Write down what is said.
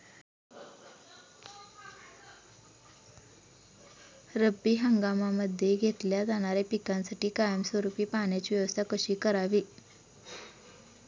रब्बी हंगामामध्ये घेतल्या जाणाऱ्या पिकांसाठी कायमस्वरूपी पाण्याची व्यवस्था कशी करावी?